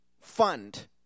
fund